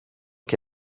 che